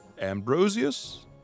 Ambrosius